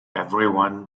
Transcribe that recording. everyone